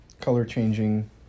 color-changing